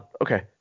Okay